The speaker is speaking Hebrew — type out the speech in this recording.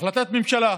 החלטת ממשלה,